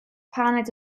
paned